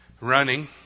running